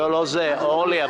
לא, לא זה, אורלי.